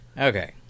Okay